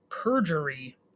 perjury